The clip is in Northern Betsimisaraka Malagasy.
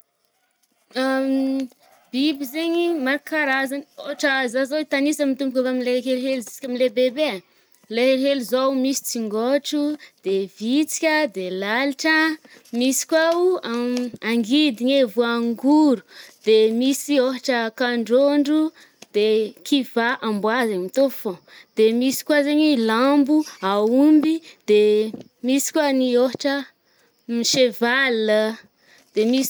Biby zaigny maro karazagny. Ôhatra zah zao hitanisa mitomboko avy amy le helihely juska am'lehibebe ai. Le helihely zao misy tsingôtro de vitsika de lalitra, misy koa o angidigna e, voangoro, de misy ôhatra kandrôndro, de kivà amboa zaigny, mitovy fô, de misy koa zaigny lambo, aomby, de misy koa ny ôhatra cheval de misy.